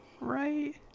Right